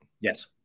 Yes